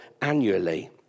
annually